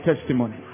testimony